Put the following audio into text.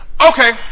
Okay